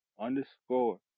underscore